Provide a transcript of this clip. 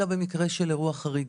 אלא במקרה של אירוע חריג.